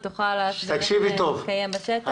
היא תוכל להסביר איך זה מתקיים בשטח.